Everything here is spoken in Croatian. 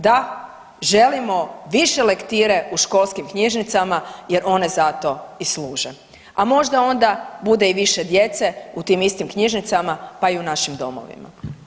Da, želimo više lektire u školskim knjižnicama jer one za to i služe, a možda onda bude i više djece u tim istim knjižnicama, pa i u našim domovima.